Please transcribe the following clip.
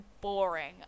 boring